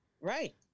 Right